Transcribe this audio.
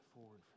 forward